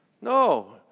No